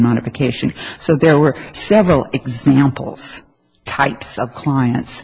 modification so there were several examples types of clients